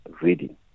reading